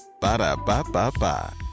Ba-da-ba-ba-ba